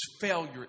failure